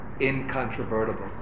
incontrovertible